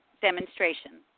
demonstration